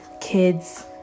kids